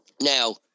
now